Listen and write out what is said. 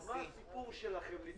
מה הסיפור שלכם להתעסק בזה.